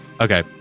okay